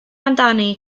amdani